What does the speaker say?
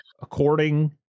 according